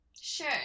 Sure